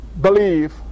believe